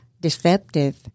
deceptive